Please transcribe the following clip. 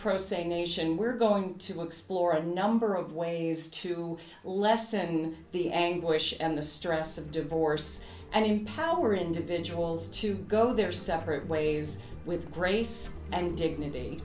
pro se nation we're going to explore a number of ways to lessen the anguish and the stress of divorce and how were individuals to go their separate ways with grace and dignity